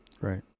Right